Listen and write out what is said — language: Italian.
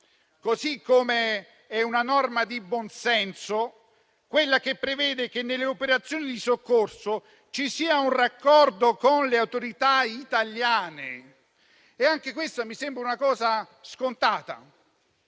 Un'altra norma di buon senso è quella che prevede che nelle operazioni di soccorso ci sia un raccordo con le autorità italiane. Anche questa mi sembra una cosa scontata,